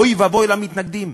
אוי ואבוי למתנגדים.